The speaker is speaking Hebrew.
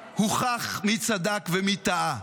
את אתם רוצים להכריז מלחמה על צמרת צה"ל, תקבלו.